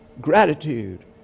Gratitude